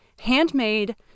handmade